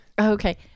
Okay